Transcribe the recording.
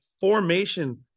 formation